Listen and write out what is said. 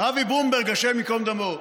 אבי ברומברג, השם ייקום דמו.